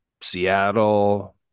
Seattle